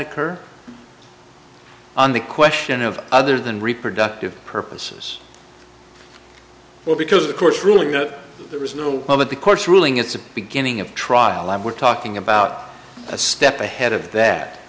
occur on the question of other than reproductive purposes well because the court's ruling that there is no one at the court's ruling it's the beginning of trial and we're talking about a step ahead of that